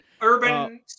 urban